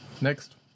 Next